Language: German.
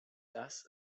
das